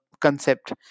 concept